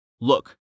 Look